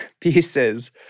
pieces